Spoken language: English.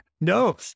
No